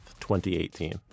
2018